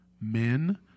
men